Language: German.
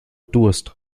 durst